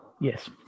Yes